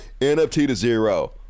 NFT-to-zero